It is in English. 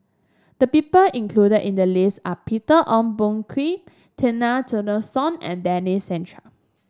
the people included in the list are Peter Ong Boon Kwee Zena Tessensohn and Denis Santry